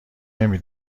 نمی